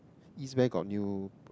East where got new